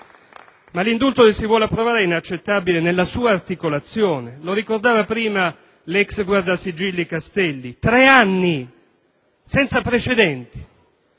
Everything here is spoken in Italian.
L'indulto che si vuole approvare è inaccettabile nella sua articolazione: lo ricordava prima l'ex guardasigilli Castelli. Tre anni è un dato senza precedenti,